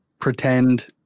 pretend